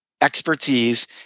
expertise